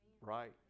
right